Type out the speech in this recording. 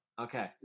Okay